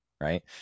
right